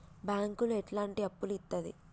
బ్యాంకులు ఎట్లాంటి అప్పులు ఇత్తది?